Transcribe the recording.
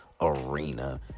Arena